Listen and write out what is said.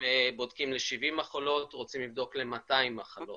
בודקים ל-70 מחלות, רוצים לבדוק ל-200 מחלות.